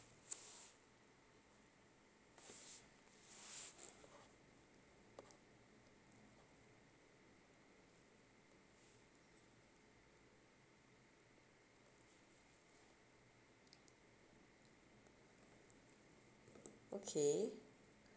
okay